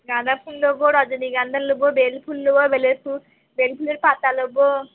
গাঁদা ফুল নেবো রজনীগন্ধা নেবো বেলফুল নেবো বেলের ফুল বেলফুলের পাতা নেবো